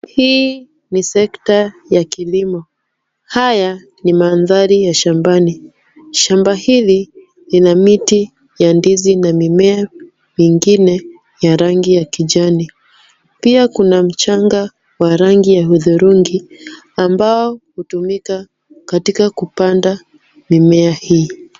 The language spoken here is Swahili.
Hii ni sekta ya kilimo. Haya ni mandhari ya shambani. Shamba hili lina miti ya ndizi na mimea mingine ya rangi ya kijani. Pia kuna mchanga wa rangi ya hudhurungi, ambao hutumika katika kupanda mimea hii.